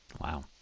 Wow